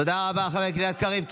תודה רבה, חבר הכנסת גלעד קריב.